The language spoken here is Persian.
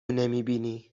نمیبینی